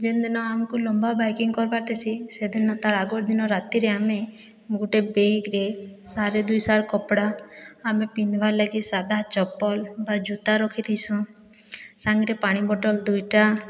ଯେନ୍ ଦିନ ଆମକୁ ଲମ୍ବା ବାଇକିଂ କର୍ବାର ଥିସି ସେ ଦିନ ତାର୍ ଆଗର୍ ଦିନ ରାତିରେ ଆମେ ଗୁଟେ ବେଗ୍ରେ ସାରେ ଦୁଇସାର୍ କପଡ଼ା ଆମେ ପିନ୍ଧ୍ବାର୍ ଲାଗି ସାଧା ଚପଲ ବା ଜୁତା ରଖିଥିସୁଁ ସାଙ୍ଗରେ ପାଣି ବୋଟଲ ଦୁଇଟା